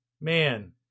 man